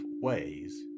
ways